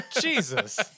Jesus